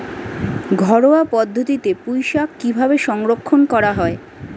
ঘরোয়া পদ্ধতিতে পুই শাক কিভাবে সংরক্ষণ করা হয়?